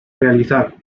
realizar